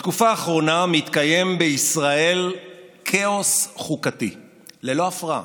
בתקופה האחרונה מתקיים בישראל כאוס חוקתי ללא הפרעה